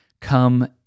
come